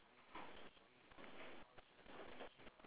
sand area